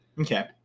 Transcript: okay